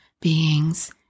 beings